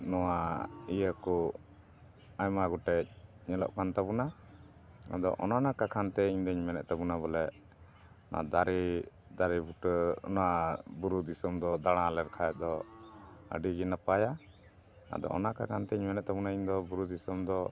ᱱᱚᱣᱟ ᱤᱭᱟᱹ ᱠᱚ ᱟᱭᱢᱟ ᱜᱚᱴᱮᱡ ᱧᱮᱞᱚᱜ ᱠᱟᱱ ᱛᱟᱵᱚᱱᱟ ᱟᱫᱚ ᱚᱱᱟ ᱠᱟᱠᱷᱟᱱ ᱛᱮᱧ ᱤᱧ ᱫᱚᱧ ᱢᱮᱱᱮᱫ ᱛᱟᱵᱚᱱᱟ ᱵᱚᱞᱮ ᱚᱱᱟ ᱫᱟᱨᱮ ᱫᱟᱨᱮ ᱵᱩᱴᱟᱹ ᱚᱱᱟ ᱵᱩᱨᱩ ᱫᱤᱥᱚᱢ ᱫᱚ ᱫᱟᱬᱟ ᱞᱮᱱ ᱠᱷᱟᱱ ᱫᱚ ᱟᱹᱰᱤ ᱜᱮ ᱱᱟᱯᱟᱭᱟ ᱟᱫᱚ ᱚᱱᱟ ᱠᱟᱠᱷᱟᱱ ᱛᱮᱧ ᱢᱮᱱᱮᱫ ᱛᱟᱵᱚᱱᱟ ᱤᱧ ᱫᱚ ᱵᱩᱨᱩ ᱫᱤᱥᱚᱢ ᱫᱚ